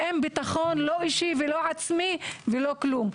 אין ביטחון, לא כללי ולא אישי, כלום.